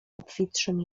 obfitszym